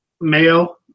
Mayo